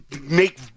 make